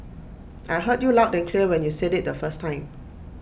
I heard you loud and clear when you said IT the first time